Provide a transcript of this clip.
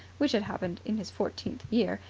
which had happened in his fourteenth year,